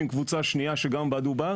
קבוצה שנייה היא התושבים, שגם בה דובר.